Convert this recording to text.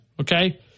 okay